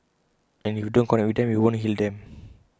and if you don't connect with them you won't heal them